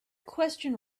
question